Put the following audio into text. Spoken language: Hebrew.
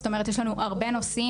זאת אומרת, יש לנו הרבה נושאים.